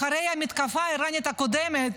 אחרי המתקפה האיראנית הקודמת,